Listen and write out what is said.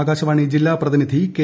ആകാശവാണി ജില്ലാ പ്രതിനിധി കെ